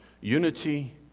Unity